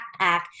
backpack